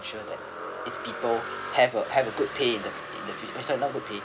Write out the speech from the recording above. ensure that this people have a have a good pay in the in the future uh sorry that's not good pay